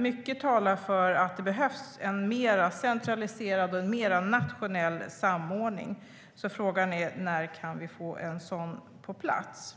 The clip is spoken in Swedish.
Mycket talar för att det behövs en mer centraliserad och en mer nationell samordning. Frågan är när vi kan få en sådan på plats.